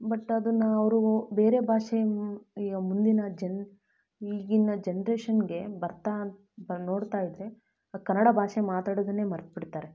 but ಅದನ್ನ ಅವಅರು ಬೇರೆ ಭಾಷೆ ಈಗ ಮುಂದಿನ ಜನ ಈಗಿನ ಜನ್ರೇಶನ್ಗೆ ಬರ್ತಾ ಬಂದು ನೋಡ್ತಾ ಇದ್ದರೆ ಅವ್ರು ಕನ್ನಡ ಭಾಷೆ ಮಾತಾಡೋದನ್ನೇ ಮರ್ತು ಬಿಡ್ತಾರೆ